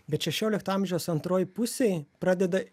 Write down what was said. bet šešiolikto amžiaus antroj pusėj pradeda